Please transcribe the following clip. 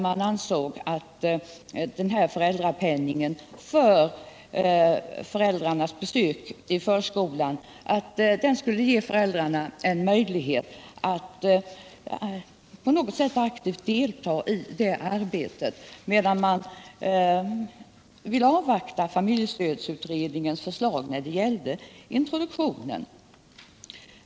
Man ansåg att föräldrapenningen för föräldrarnas besök i förskolan skulle ge föräldrarna en möjlighet att på något sätt aktivt delta i det arbetet, medan man ville avvakta familjestödsutredningens förslag när det gällde introduktionen.